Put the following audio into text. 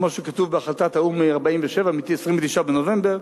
כמו שכתוב בהחלטת האו"ם מ-47', ב-29 בנובמבר.